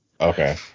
Okay